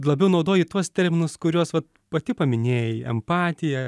labiau naudoji tuos terminus kuriuos vat pati paminėjai empatija